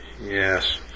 Yes